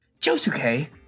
Josuke